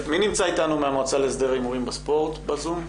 מי נמצא איתנו מהמועצה להסדר הימורים בספורט בזום?